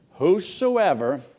Whosoever